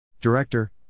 Director